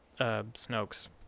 Snoke's